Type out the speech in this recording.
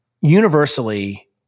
Universally